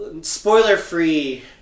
spoiler-free